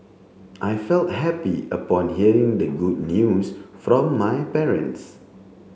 I felt happy upon hearing the good news from my parents